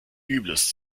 übles